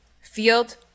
field